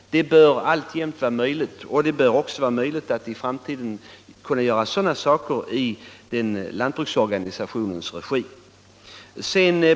Det bör också i framtiden vara möjligt att göra sådana saker i lantbruksorganisationens regi.